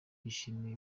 yishimiye